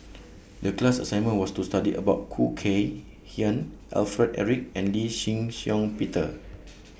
The class assignment was to study about Khoo Kay Hian Alfred Eric and Lee Shih Shiong Peter